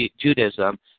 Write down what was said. Judaism